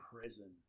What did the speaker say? prison